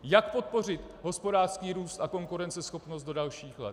Jak podpořit hospodářský růst a konkurenceschopnost do dalších let.